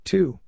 Two